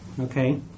okay